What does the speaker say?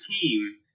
team –